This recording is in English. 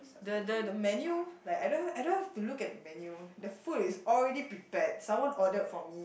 the the the menu like I don't I don't have to look at the menu the food is already prepared someone ordered for me